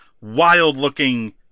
wild-looking